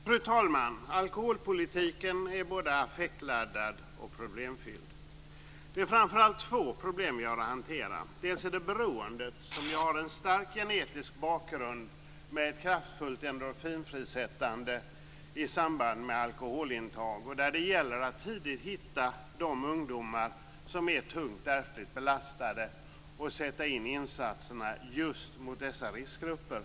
Fru talman! Alkoholpolitiken är både affektladdad och problemfylld. Det är framför allt två problem som vi har att hantera. Det ena är beroendet som har en stark genetisk bakgrund med ett kraftfullt endorfinfrisättande i samband med alkoholintag där det gäller tidigt att hitta de ungdomar som är tungt ärftligt belastade och sätta in åtgärderna just mot dessa riskgrupper.